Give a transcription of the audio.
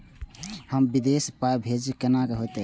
हम विदेश पाय भेजब कैना होते?